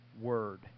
word